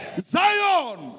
Zion